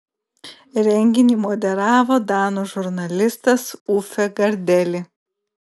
renginį moderavo danų žurnalistas uffe gardeli